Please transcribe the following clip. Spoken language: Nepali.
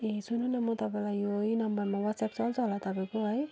ए सुन्नुहोस् न म तपाईँलाई यही नम्बरमा वाट्सएप चल्छ होला तपाईँको है